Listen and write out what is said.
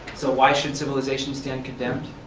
so why should civilization stand condemned?